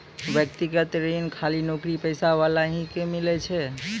व्यक्तिगत ऋण खाली नौकरीपेशा वाला ही के मिलै छै?